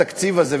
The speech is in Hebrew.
בתקציב הזה,